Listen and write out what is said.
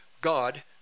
God